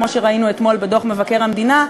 כמו שראינו אתמול בדוח מבקר המדינה,